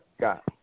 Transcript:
got